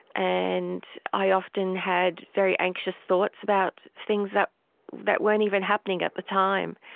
and i often had very anxious thoughts about things that that weren't even happening at the time.